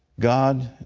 god,